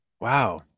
wow